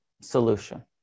solution